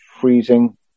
freezing